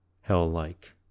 hell-like